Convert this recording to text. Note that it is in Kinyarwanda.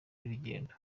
y’urugendo